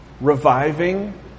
reviving